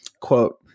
quote